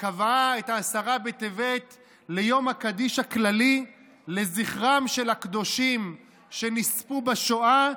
קבעה את עשרה בטבת ליום הקדיש הכללי לזכרם של הקודשים שנספו בשואה,